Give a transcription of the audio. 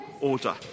order